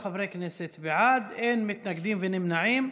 15 חברי כנסת בעד, אין מתנגדים או נמנעים.